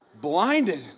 blinded